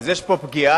יש פה פגיעה,